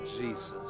Jesus